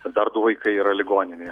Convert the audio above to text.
dar du vaikai yra ligoninėje